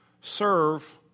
serve